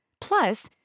Plus